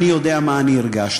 אני יודע מה אני הרגשתי